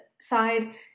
side